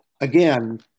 again